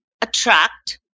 attract